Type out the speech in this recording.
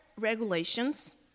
regulations